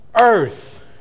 earth